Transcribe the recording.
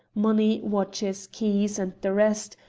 money, watches, keys, and the rest,